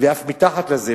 ואף מתחת לזה.